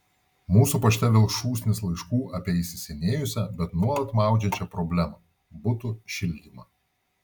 mūsų pašte vėl šūsnys laiškų apie įsisenėjusią bet nuolat maudžiančią problemą butų šildymą